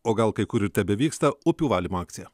o gal kai kur ir tebevyksta upių valymo akcija